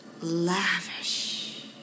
lavish